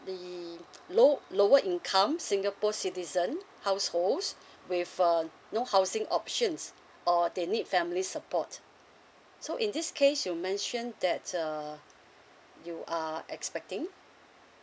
the low lower income singapore citizen households with uh no housing options or they need family support so in this case you mention that uh you are expecting